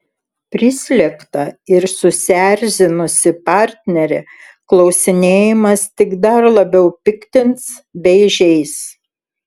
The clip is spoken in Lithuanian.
prislėgtą ir susierzinusį partnerį klausinėjimas tik dar labiau piktins bei žeis